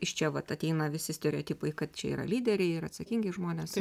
iš čia vat ateina visi stereotipai kad čia yra lyderiai ir atsakingi žmonės